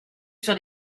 sur